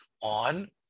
on